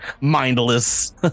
mindless